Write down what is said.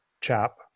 chap